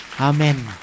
Amen